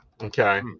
okay